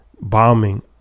bombing